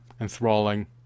enthralling